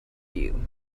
you